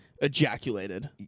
ejaculated